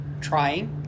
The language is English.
trying